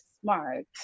smart